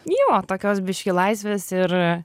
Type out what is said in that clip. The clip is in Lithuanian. jo tokios biškį laisvės ir